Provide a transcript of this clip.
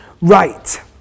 right